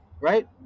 Right